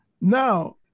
Now